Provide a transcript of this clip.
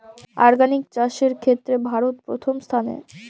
organic চাষের ক্ষেত্রে ভারত প্রথম স্থানে